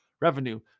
Revenue